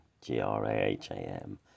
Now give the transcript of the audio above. G-R-A-H-A-M